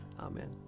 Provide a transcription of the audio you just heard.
Amen